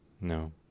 No